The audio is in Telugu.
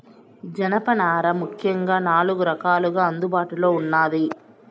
జనపనార ముఖ్యంగా నాలుగు రకాలుగా అందుబాటులో ఉన్నాది